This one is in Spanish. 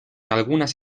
algunas